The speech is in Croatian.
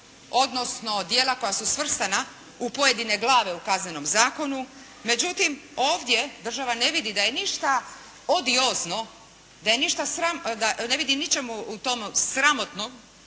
odnosno djela koja su svrstana u pojedine glave u Kaznenom zakonu, međutim ovdje država ne vidi da je ništa odiozno, ne vidi ništa u tome sramotno